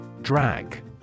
Drag